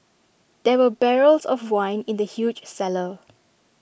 there were barrels of wine in the huge cellar